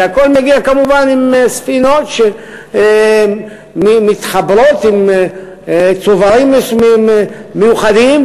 הכול מגיע כמובן בספינות שמתחברות לצוברים מיוחדים,